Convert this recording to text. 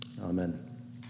Amen